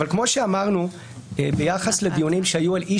אבל כמו שאמרנו ביחס לדיונים שהיו על אי